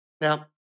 Now